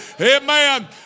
Amen